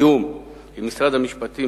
בתיאום עם משרד המשפטים,